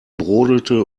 brodelte